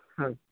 ହଁ